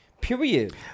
Period